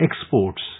exports